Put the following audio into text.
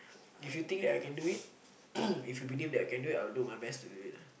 if you think that I can do it if you believe that I can do it I will do my best to do it lah